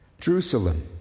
Jerusalem